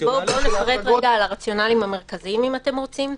קודם על הרציונלים המרכזיים, אם אתם רוצים.